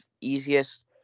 easiest